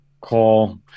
call –